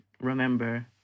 remember